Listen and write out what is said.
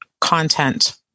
content